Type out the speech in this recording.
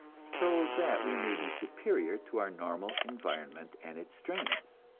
so that we may be superior to our normal environment and its strains.